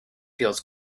feels